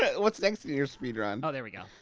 yeah well, it's thanks to your speedrun. oh, there we go.